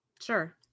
Sure